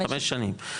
חמש שנים.